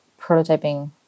prototyping